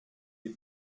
les